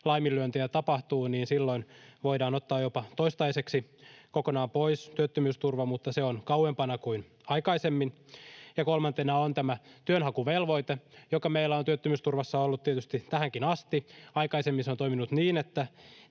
laiminlyöntejä tapahtuu, niin silloin voidaan ottaa jopa toistaiseksi kokonaan pois työttömyysturva, mutta se on kauempana kuin aikaisemmin. Ja kolmantena on tämä työnhakuvelvoite, joka meillä on työttömyysturvassa ollut tietysti tähänkin asti. Aikaisemmin se on toiminut niin, että